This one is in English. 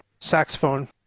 saxophone